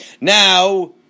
Now